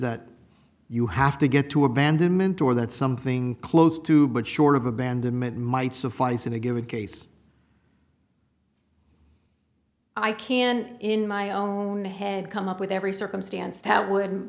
that you have to get to abandonment or that something close to but short of abandonment might suffice in a given case i can in my own head come up with every circumstance that would